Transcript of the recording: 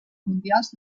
mundials